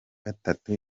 gatatu